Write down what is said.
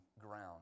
ground